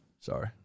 sorry